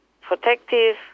protective